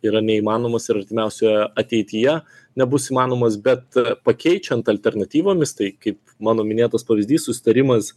yra neįmanomas ir artimiausioje ateityje nebus įmanomas bet pakeičiant alternatyvomis tai kaip mano minėtas pavyzdys susitarimas